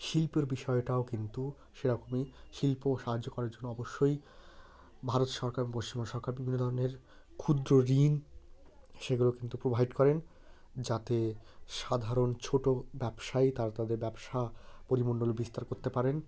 শিল্পের বিষয়টাও কিন্তু সেরকমই শিল্প সাহায্য করার জন্য অবশ্যই ভারত সরকার এবং পশ্চিমবঙ্গ সরকার বিভিন্ন ধরনের ক্ষুদ্র ঋণ সেগুলো কিন্তু প্রোভাইড করেন যাতে সাধারণ ছোট ব্যবসায়ী তারা তাদের ব্যবসা পরিমণ্ডল বিস্তার করতে পারেন